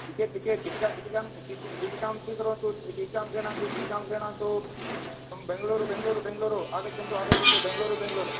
ticket ticket चीटिकां चीटिकां चि चि चीटिका चीटिकां स्वीकुर्वन्तु चि चीटिकां क्रीणन्तु चीटिकां क्रीणन्तु बेङ्ग्लूरु बेङ्ग्लूरु बेङ्ग्लूरु आगच्छन्तु आगच्छन्तु बेङ्ग्लूरु बेङ्ग्लूरु